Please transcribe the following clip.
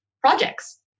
projects